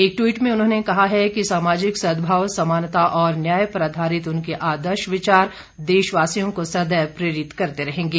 एक ट्वीट में उन्होंने कहा है कि सामाजिक सदभाव समानता और न्याय पर आधारित उनके आदर्श विचार देशवासियों को सदैव प्रेरित करते रहेंगे